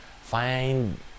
find